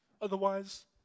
Otherwise